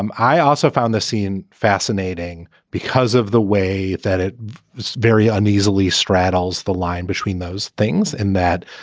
um i also found the scene fascinating because of the way that it was very uneasily straddles the line between those things and that,